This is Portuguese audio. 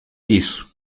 disso